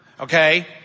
Okay